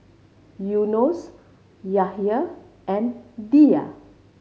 Yunos Yahya and Dhia